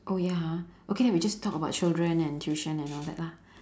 oh ya ha okay then we just talk about children and tuition and all that lah